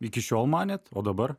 iki šiol manėt dabar